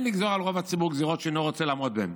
לגזור על רוב הציבור גזרות שאינו רוצה לעמוד בהן.